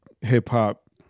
hip-hop